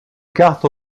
cartes